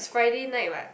Friday night what